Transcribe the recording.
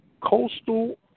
Coastal